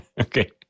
Okay